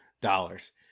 dollars